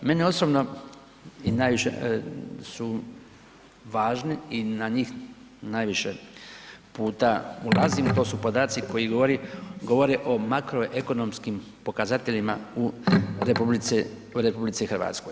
Mene osobno i najviše su važni i na njih najviše puta ulazim, to su podaci koji govore o makroekonomskim pokazateljima u RH.